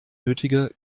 nötige